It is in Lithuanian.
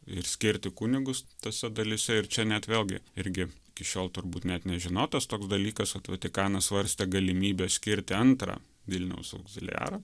ir skirti kunigus tose dalyse ir čia net vėlgi irgi iki šiol turbūt net nežinotas toks dalykas kad vatikanas svarstė galimybę skirti antrą vilniaus augziliarą